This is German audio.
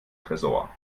tresor